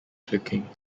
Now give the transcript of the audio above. clicking